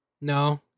No